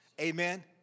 Amen